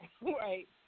right